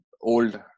old